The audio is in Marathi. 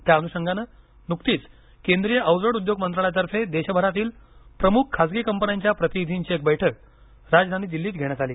त्याअनृषंगाने नृकतीच केंद्रीय अवजड उद्योग मंत्रालयातर्फे देशभरातील प्रमुख खाजगी कंपन्यांच्या प्रतिनिधींची एक बैठक राजधानी दिल्लीत घेण्यात आली